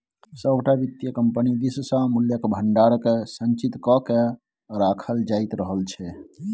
सभटा वित्तीय कम्पनी दिससँ मूल्यक भंडारकेँ संचित क कए राखल जाइत रहल छै